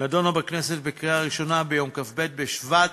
נתקבלה בכנסת בקריאה ראשונה ביום כ"ב בשבט,